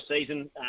season